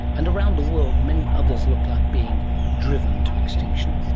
and around the world, many others look like being driven to extinction.